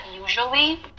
usually